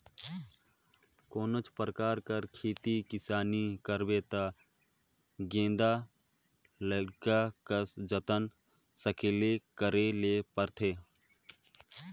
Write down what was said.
कोनोच परकार कर खेती किसानी करबे ता गेदा लरिका कस जतन संकेला करे ले परथे